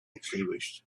extinguished